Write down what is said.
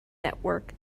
network